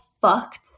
fucked